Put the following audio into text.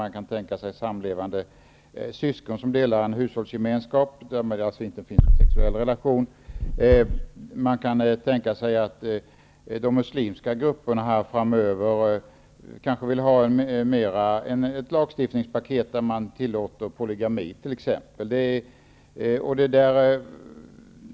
Man kan tänka sig sammanlevande syskon som delar en hushållsgemenskap, där det alltså inte finns någon sexuell relation. Man kan också tänka sig att de muslimska grupperna framöver kanske vill ha ett lagstiftningspaket där polygami tillåts.